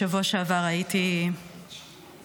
בשבוע שעבר הייתי בשבעות